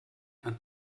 ein